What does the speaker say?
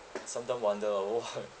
sometimes wonder ah what